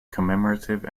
commemorative